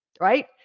right